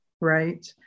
right